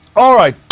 alright,